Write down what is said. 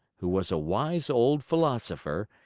who was a wise old philosopher,